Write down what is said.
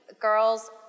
girls